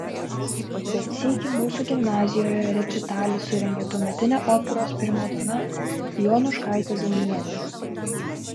bet sykį mūsų gimnazijoje rečitalį surengė tuometinė operos primadona jonuškaitė zaunienė